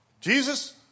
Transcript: Jesus